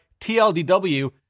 TLDW